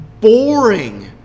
boring